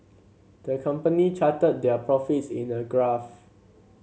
the company charted their profits in a graph